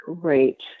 Great